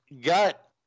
got